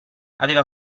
aveva